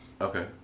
okay